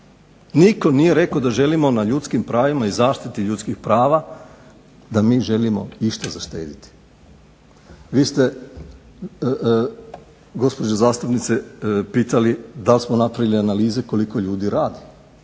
Nitko nije rekao da želimo na ljudskim pravima i zaštiti ljudskih prava da mi želimo išta zaštediti. Vi ste gospođo zastupnice pitali dal smo napravili analize koliko ljudi radi,